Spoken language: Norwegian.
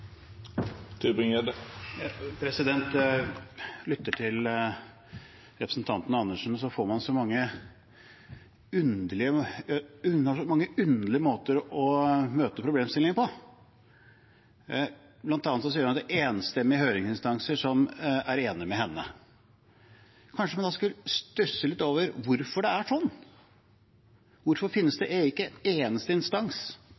Representanten Andersen har så mange underlige måter å møte problemstillingene på. Blant annet sier hun at enstemmige høringsinstanser er enig med henne. Kanskje man da skulle stusse litt over hvorfor det er sånn. Hvorfor finnes det ikke en eneste instans